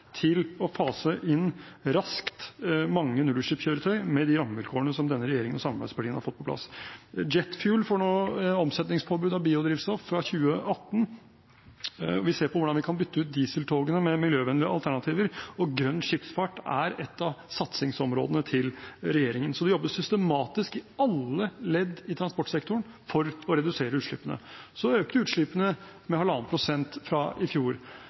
til raskt å fase inn mange nullutslippskjøretøy med de rammevilkårene som denne regjeringen og samarbeidspartiene har fått på plass. Jet fuel får nå omsetningspåbud av biodrivstoff fra 2018. Vi ser på hvordan vi kan bytte ut dieseltogene med miljøvennlige alternativer, og grønn skipsfart er et av satsingsområdene til regjeringen. Så det jobbes systematisk i alle ledd i transportsektoren for å redusere utslippene. Så øker utslippene med 1,5 pst. fra i fjor.